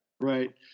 Right